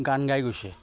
গান গাই গৈছে